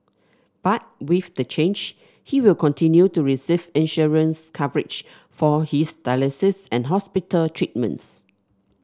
but with the change he will continue to receive insurance coverage for his dialysis and hospital treatments